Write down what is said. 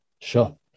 Sure